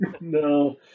no